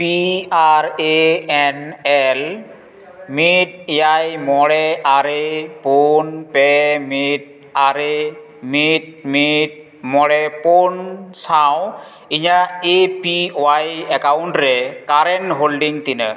P R A N L ᱢᱤᱫ ᱮᱭᱟᱭ ᱢᱚᱬᱮ ᱟᱨᱮ ᱯᱳᱱ ᱯᱮ ᱢᱤᱫ ᱟᱨᱮ ᱢᱤᱫ ᱢᱤᱫ ᱢᱚᱬᱮ ᱯᱳᱱ ᱥᱟᱶ ᱤᱧᱟᱹᱜ ᱮ ᱯᱤ ᱚᱣᱟᱭ ᱮᱠᱟᱣᱩᱱᱴᱨᱮ ᱠᱟᱨᱮᱱᱴ ᱦᱳᱞᱰᱤᱝ ᱛᱤᱱᱟᱹᱜ